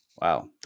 Wow